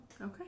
Okay